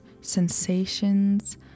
sensations